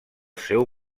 seu